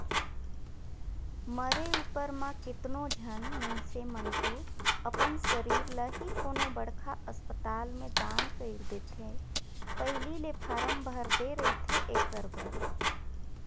मरे उपर म केतनो झन मइनसे मन तो अपन सरीर ल ही कोनो बड़खा असपताल में दान कइर देथे पहिली ले फारम भर दे रहिथे एखर बर